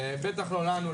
בטח לא לנו,